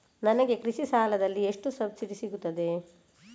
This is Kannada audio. ನನಗೆ ಕೃಷಿ ಸಾಲದಲ್ಲಿ ಎಷ್ಟು ಸಬ್ಸಿಡಿ ಸೀಗುತ್ತದೆ?